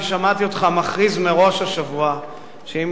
אני שמעתי אותך מכריז מראש השבוע שאם